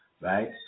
right